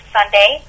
Sunday